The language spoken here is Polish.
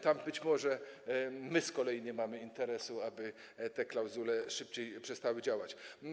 Tam być może my z kolei nie mamy interesu, aby te klauzule szybciej przestały działać.